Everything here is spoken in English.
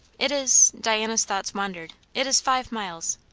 it is diana's thoughts wandered it is five miles.